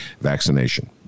vaccination